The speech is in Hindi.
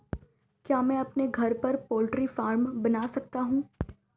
क्या मैं अपने घर पर पोल्ट्री फार्म बना सकता हूँ?